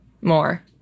more